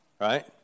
Right